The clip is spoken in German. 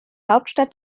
hauptstadt